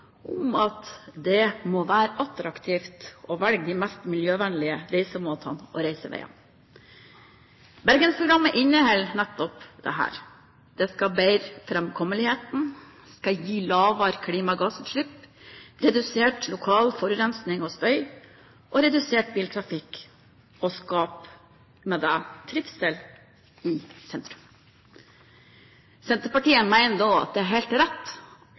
om at det må være attraktivt å velge de mest miljøvennlige måtene å reise på. Bergensprogrammet inneholder nettopp dette. Det skal bedre framkommeligheten, det skal gi lavere klimagassutslipp, redusert lokal forurensning, mindre støy og redusert biltrafikk og vil med det skape trivsel i sentrum. Senterpartiet mener det er helt rett